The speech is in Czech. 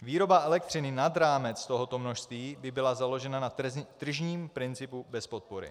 Výroba elektřiny nad rámec tohoto množství by byla založena na tržním principu bez podpory.